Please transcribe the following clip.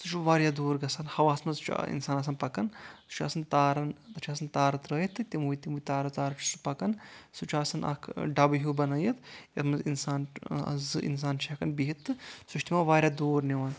سُہ چھُ واریاہ دوٗر گژھان ہواہَس منٛز چھُ اِنسان آسان پَکان سُہ چھُ آسان تارن تَتھ چھےٚ آسان تارٕ ترٲوِتھ تہٕ تِموے تارو تارو چھُ سُہ پِکان سُہ چھُ آسان اکھ ڈبہٕ ہیوٗ بَنٲوِتھ یَتھ منٛز اِنسان زٕ اِنسان چھِ ہٮ۪کان بہِتھ تہٕ سُہ چھُ تِمن واریاہ دوٗر نِوان